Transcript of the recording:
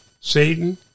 Satan